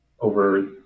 over